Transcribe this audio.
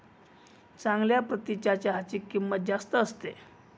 चांगल्या प्रतीच्या चहाची किंमत जास्त असते